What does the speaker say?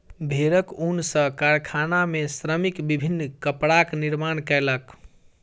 भेड़क ऊन सॅ कारखाना में श्रमिक विभिन्न कपड़ाक निर्माण कयलक